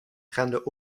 renden